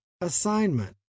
assignment